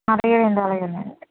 సరే అండి అలాగే అండి